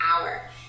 hour